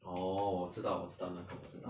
orh 我知道我知道那个我知道